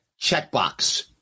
checkbox